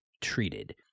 treated